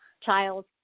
child